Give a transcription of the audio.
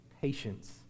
patience